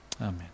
Amen